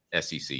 SEC